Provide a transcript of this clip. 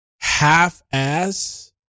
half-ass